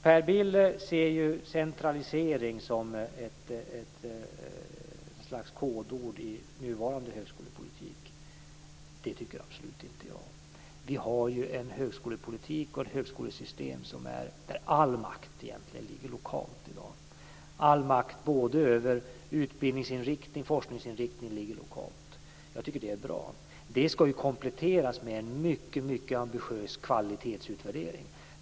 Per Bill ser centralisering som ett slags kodord i nuvarande högskolepolitik. Det tycker absolut inte jag. Vi har en högskolepolitik och ett högskolesystem där egentligen all makt ligger lokalt i dag. All makt både över utbildningsinriktning och forskningsinriktning ligger lokalt. Jag tycker att det är bra. Det ska kompletteras med en mycket ambitiös kvalitetsutvärdering.